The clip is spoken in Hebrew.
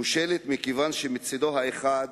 כושלת מכיוון שמצדו האחד